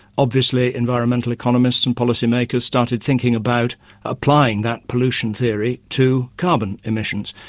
obviously environmental economists and policymakers started thinking about applying that pollution theory to carbon emissions.